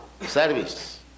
service